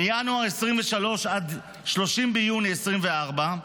מינואר 2023 עד 30 ביוני 2024,